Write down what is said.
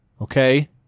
okay